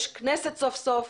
יש כנסת סוף סוף,